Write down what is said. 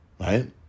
Right